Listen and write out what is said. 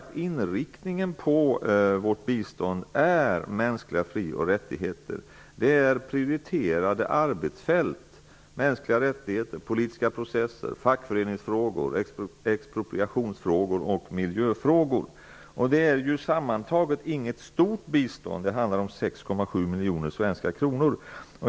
Inriktningen på vårt bistånd är mänskliga fri och rättigheter. Mänskliga rättigheter, politiska processer, fackföreningsfrågor, expropriationsfrågor och miljöfrågor är prioriterade arbetsfält. Detta är sammantaget inget stort bistånd. Det handlar om 6,7 miljoner svenska kronor.